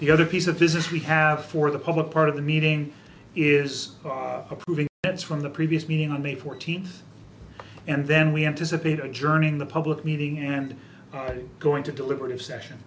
the other piece of business we have for the public part of the meeting is approving that's from the previous meeting on may fourteenth and then we anticipate adjourning the public meeting and going to deliberative session